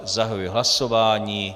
Zahajuji hlasování.